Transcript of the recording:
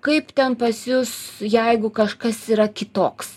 kaip ten pas jus jeigu kažkas yra kitoks